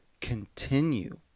continue